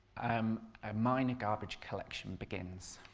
um a minor garbage collection begins.